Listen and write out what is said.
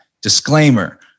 disclaimer